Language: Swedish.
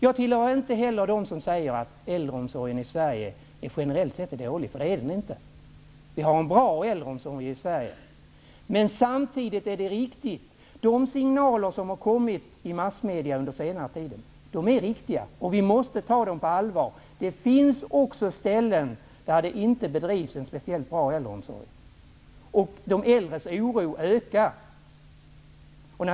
Jag tillhör inte heller dem som säger att äldreomsorgen i Sverige generellt sett är dålig, för det är den inte. Vi har en bra äldreomsorg i Sverige. Men de signaler som har kommit fram i massmedierna på senare tid är riktiga, och vi måste ta dem på allvar. Det finns också ställen där det inte bedrivs någon speciellt bra äldreomsorg. De äldres oro ökar.